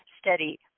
steady